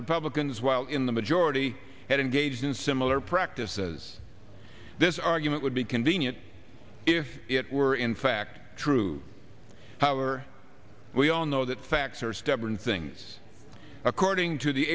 republicans while in the majority had engaged in similar practices this argument would be convenient if it were in fact true how are we all know that facts are stubborn things according to the